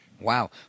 Wow